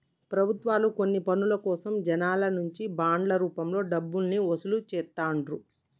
ప్రభుత్వాలు కొన్ని పనుల కోసం జనాల నుంచి బాండ్ల రూపంలో డబ్బుల్ని వసూలు చేత్తండ్రు